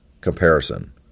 comparison